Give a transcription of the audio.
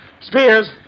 Spears